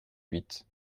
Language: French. huit